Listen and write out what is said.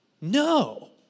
no